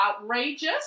outrageous